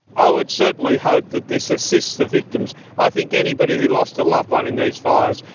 i would certainly hope that this assists the victims. i think anybody who lost a loved one in these fires,